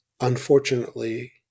unfortunately